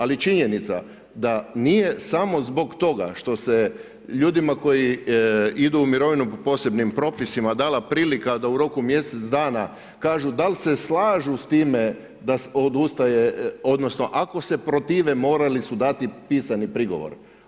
Ali činjenica da nije samo zbog toga što se ljudima koji idu u mirovinu po posebnim propisima dala prilika da u roku mjesec dana kažu dal se slažu s time da odustaje, odnosno ako se protive morali su dati pisani prigovor.